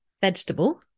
vegetable